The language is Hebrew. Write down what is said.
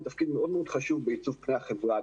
תפקיד מאוד מאוד חשוב בעיצוב פני החברה,